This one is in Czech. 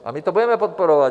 A my to budeme podporovat.